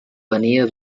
venia